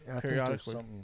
periodically